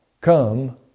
come